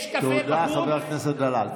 תודה, חבר הכנסת דלל.